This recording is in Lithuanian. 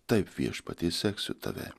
taip viešpatie seksiu tave